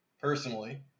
personally